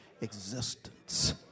existence